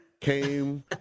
came